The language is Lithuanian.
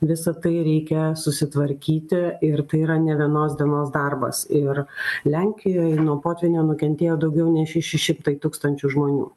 visa tai reikia susitvarkyti ir tai yra ne vienos dienos darbas ir lenkijoj nuo potvynio nukentėjo daugiau nei šeši šimtai tūkstančių žmonių